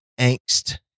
angst